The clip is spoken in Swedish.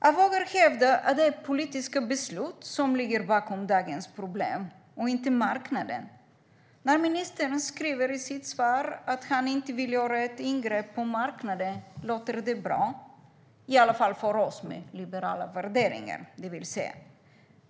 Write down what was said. Jag vågar hävda att det är politiska beslut som ligger bakom dagens problem och inte marknaden. När ministern skriver i sitt svar att han inte vill göra ett ingrepp på marknaden låter det bra, i alla fall för oss med liberala värderingar.